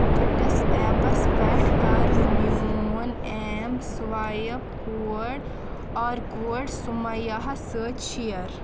واٹس apps پٮ۪ٹھ کَر میٛون ایٚم سُوایپ کوڈ آر کوڈ سُمَیاہَس سۭتی شِیر